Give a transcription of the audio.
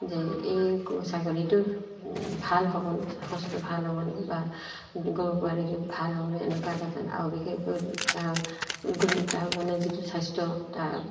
যে এই ছাগলীটো ভাল হ'বনে সঁচটো ভাল হ'বনে বা গৰু পোৱালিটো ভাল হ'বনে এনেকুৱা এটা যে আৰু বিশেষকৈ তাৰ গুণ তাৰ মানে যিটো স্বাস্থ্য তাৰ